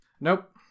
Nope